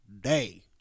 day